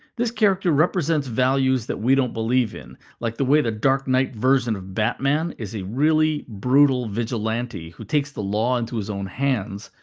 this character represents values we don't believe in like the way the dark knight version of batman is a really brutal vigilante who takes the law into his own hands,